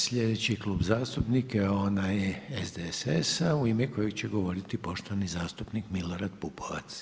Sljedeći klub zastupnika je onaj SDSS-a u ime kojeg će govoriti poštovani zastupnik Milorad Pupovac.